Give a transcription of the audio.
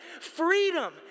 Freedom